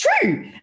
true